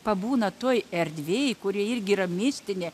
pabūna toj erdvėj kuri irgi yra mistinė